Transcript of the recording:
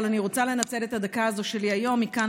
אבל אני רוצה לנצל את הדקה הזאת שלי היום מכאן